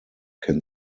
can